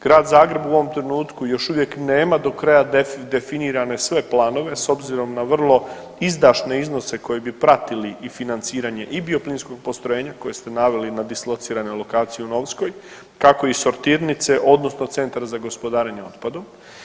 Grad Zagreb u ovom trenutku još uvijek nema do kraja definirane sve planove s obzirom na vrlo izdašne iznose koji bi pratili i financiranje i bioplinskog postrojenja koje ste naveli na dislociranoj lokaciji u Novskoj kako i sortirnice odnosno centar za gospodarenje otpadom.